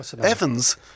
Evans